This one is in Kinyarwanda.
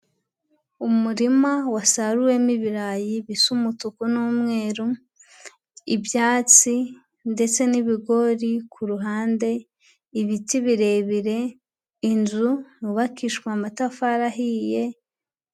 Umurima wasaruwemo ibirayi bisa umutuku n'umweru, ibyatsi ndetse n'ibigori ku ruhande, ibiti birebire, inzu hubakishijwe amatafari ahiye.